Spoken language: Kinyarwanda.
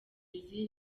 brazil